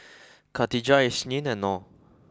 Katijah Isnin and Nor